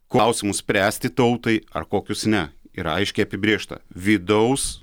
klausimus spręsti tautai ar kokius ne ir aiškiai apibrėžta vidaus